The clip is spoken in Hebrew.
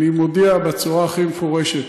אני מודיע בצורה הכי מפורשת: